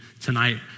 tonight